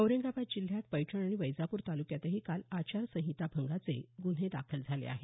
औरंगाबाद जिल्ह्यात पैठण आणि वैजापूर तालुक्यातही काल आचारसंहिता भंगाचे गुन्हे दाखल झाले आहेत